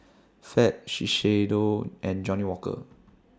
Fab Shiseido and Johnnie Walker